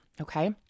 Okay